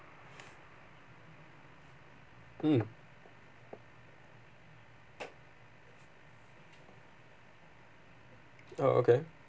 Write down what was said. mm oh okay